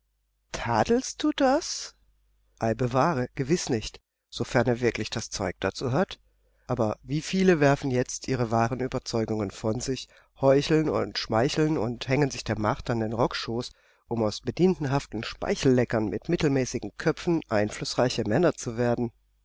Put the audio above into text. tadelst du das ei bewahre gewiß nicht sofern er wirklich das zeug dazu hat aber wie viele werfen jetzt ihre wahren ueberzeugungen von sich heucheln und schmeicheln und hängen sich der macht an den rockschoß um aus bedientenhaften speichelleckern mit mittelmäßigen köpfen einflußreiche männer zu werden